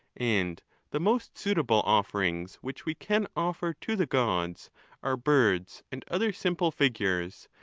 and the most suitable offerings which we can offer to the gods are birds, and other simple figures,